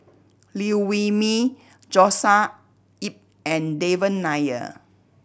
Liew Wee Mee Joshua Ip and Devan Nair